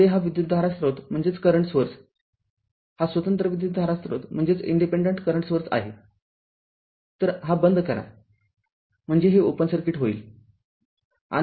पुढे हा विद्युतधारा स्रोत हा स्वतंत्र विद्युतधारा स्रोत आहेतरहा बंद कराम्हणजेच हे ओपन सर्किट होईल